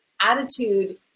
attitude